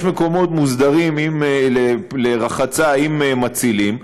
יש מקומות מוסדרים לרחצה עם מצילים,